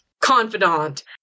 confidant